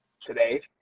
today